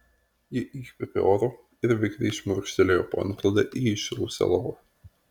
ji įkvėpė oro ir vikriai šmurkštelėjo po antklode į įšilusią lovą